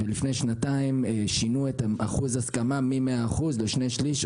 לפני שנתיים שינו את אחוז ההסכמה מ-100% לשני שליש,